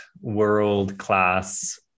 world-class